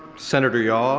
senator yaw,